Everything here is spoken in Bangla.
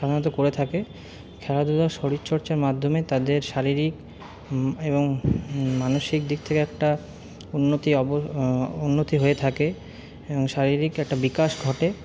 সাধারণত করে থাকে খেলাধুলা শরীরচর্চার মাধ্যমে তাদের শারীরিক এবং মানসিক দিক থেকে একটা উন্নতি উন্নতি হয়ে থাকে এবং শারীরিক একটা বিকাশ ঘটে